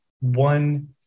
one